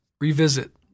revisit